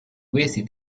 questi